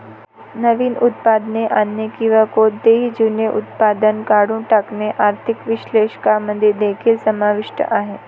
नवीन उत्पादने आणणे किंवा कोणतेही जुने उत्पादन काढून टाकणे आर्थिक विश्लेषकांमध्ये देखील समाविष्ट आहे